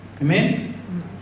Amen